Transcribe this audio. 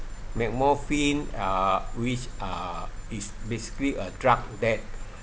metformin uh which uh is basically a drug that